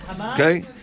Okay